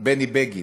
בני בגין.